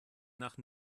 nach